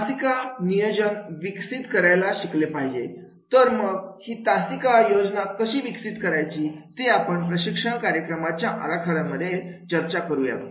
तासिका नियोजन विकसित करायला शिकले पाहिजे तर मग ही तासिका योजना कशी विकसित करायची ते आपण प्रशिक्षण कार्यक्रमाच्या आराखड्यामध्ये चर्च करूयात